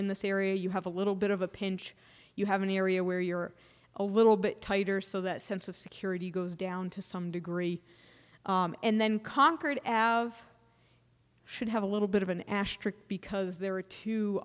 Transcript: in this area you have a little bit of a pinch you have an area where you're a little bit tighter so that sense of security goes down to some degree and then concord av should have a little bit of an ash trick because there are two